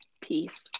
Peace